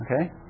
Okay